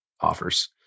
offers